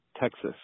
Texas